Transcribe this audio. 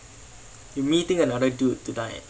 you meeting another dude tonight